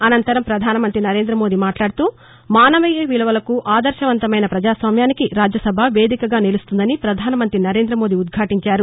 అనంతరం ప్రధాన మంతి నరేంద్ర మోదీ మాట్లాడుతూ మానవీయ విలువలకు ఆదర్భవంతమైన ప్రపజాస్వామ్యానికి రాజ్యసభ వేదికగా నిలుస్తుందని ప్రధాన మంత్రి నరేంద్ర మోదీ ఉద్యాటించారు